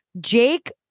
Jake